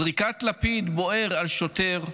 זריקת לפיד בוער על שוטר,